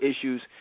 issues